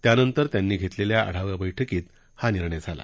त्यानंतर त्यांनी घेतलेल्या आढावा बैठकीत हा निर्णय झाला